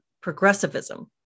progressivism